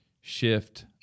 shift